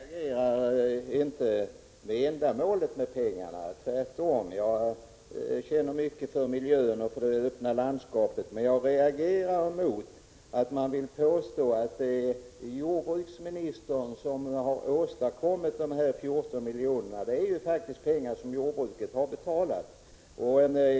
Fru talman! Jag reagerar inte mot ändamålet med pengarna. Jag känner mycket för miljön och för det öppna landskapet. Jag reagerar mot att man vill påstå att det är jordbruksministern som har åstadkommit dessa 14 miljoner. Det är ju faktiskt pengar som jordbruket har betalat.